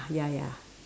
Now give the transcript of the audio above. ya ya